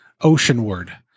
oceanward